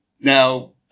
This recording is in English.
Now